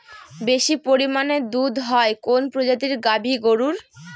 বেশি পরিমানে দুধ হয় কোন প্রজাতির গাভি গরুর?